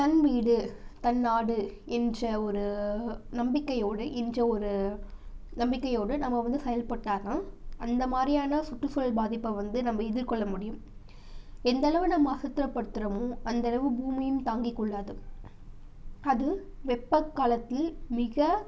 தன்வீடு தன்நாடு என்ற ஒரு நம்பிக்கையோடு இன்று ஒரு நம்பிக்கையோடு நம்ம வந்து செயல்பட்டால்தான் அந்த மாதிரியான சுற்றுசூழல் பாதிப்பை வந்து நம்ம எதிர்கொள்ள முடியும் எந்தளவு நம்ம அசுத்தபடுத்துறோமோ அந்தளவு பூமியும் தாங்கிக்கொள்ளாது அது வெப்பக்காலத்தில் மிக